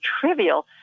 trivial